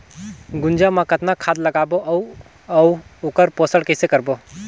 गुनजा मा कतना खाद लगाबो अउ आऊ ओकर पोषण कइसे करबो?